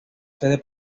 sede